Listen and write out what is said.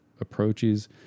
approaches